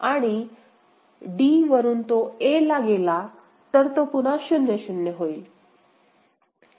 आणि जर d वरून तो a ला गेला तर तो पुन्हा 0 0 होईल